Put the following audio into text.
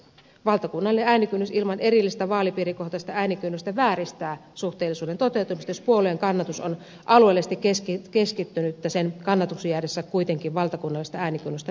valtakunnallinen äänikynnys ilman erillistä vaalipiirikohtaista äänikynnystä vääristää suhteellisuuden toteutumista jos puolueen kannatus on alueellisesti keskittynyttä sen kannatuksen jäädessä kuitenkin valtakunnallista äänikynnystä pienemmäksi